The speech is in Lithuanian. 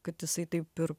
kad jisai taip ir